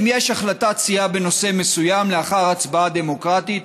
אם יש החלטת סיעה בנושא מסוים לאחר הצבעה דמוקרטית,